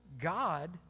god